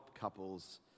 couples